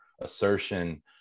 assertion